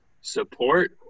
support